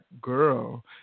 girl